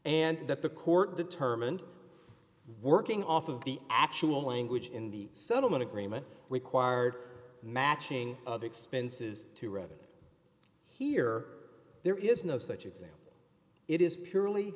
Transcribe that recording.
and that the court determined working off of the actual language in the settlement agreement required matching of expenses to read here there is no such example it is purely